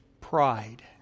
pride